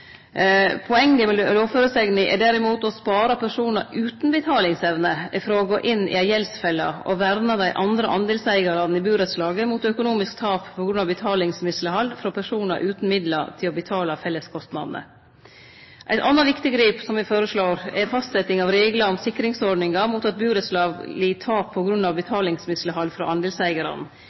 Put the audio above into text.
Poenget med lovføresegna er derimot å spare personar utan betalingsevne frå å gå inn i ei gjeldsfelle og verne dei andre andelseigarane i burettslaget mot økonomisk tap på grunn av betalingsmisleghald frå personar utan midlar til å betale felleskostnadene. Eit anna viktig grep som vi føreslår, er fastsetjing av reglar om sikringsordningar mot at burettslag lid tap på grunn av betalingsmisleghald frå andelseigarane.